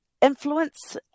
influence